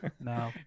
no